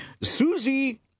Susie